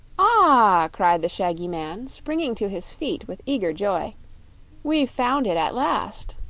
ah! cried the shaggy man, springing to his feet with eager joy we've found it at last.